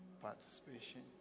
participation